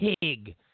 pig